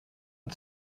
und